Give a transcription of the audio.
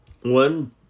One